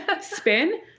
spin